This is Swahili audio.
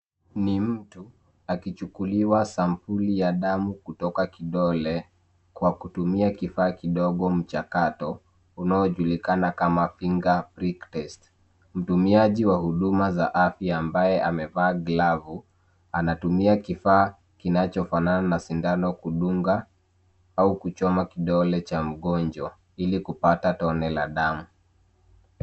Ni mtu, akichukuliwa sampuli ya damu kutoka kidole kwa kutumia kifaa kidogo mchakato, unaojulikana kama finger prick test . Mtumiaji wa huduma za afya ambaye amevaa glavu, anatumia kifaa kinachofanana na sindano kudunga au kuchoma kidole cha mgonjwa ili kupata tone la damu.